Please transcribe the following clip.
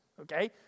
Okay